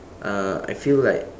uh I feel like